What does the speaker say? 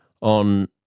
on